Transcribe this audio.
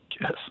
Yes